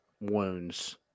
wounds